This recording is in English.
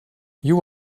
you